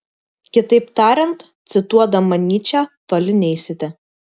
kitaip tariant cituodama nyčę toli neisite